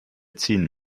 ziehen